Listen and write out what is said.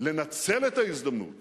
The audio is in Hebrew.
לנצל את ההזדמנות